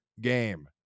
game